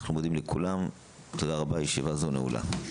אנחנו מודים לכולם, תודה רבה, ישיבה זו נעולה.